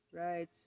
Right